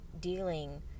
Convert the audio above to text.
dealing